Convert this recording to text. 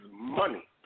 money